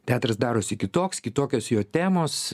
teatras darosi kitoks kitokios jo temos